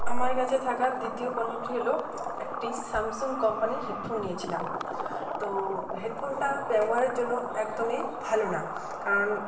আমার কাছে থাকা দ্বিতীয় পণ্যটি হল একটি স্যামসুং কোম্পানির হেডফোন নিয়েছিলাম তো হেডফোনটা ব্যবহারের জন্য একদমই ভালো না কারণ